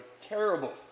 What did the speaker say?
terrible